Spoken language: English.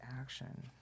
action